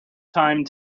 time